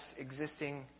existing